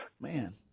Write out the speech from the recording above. Man